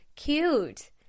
Cute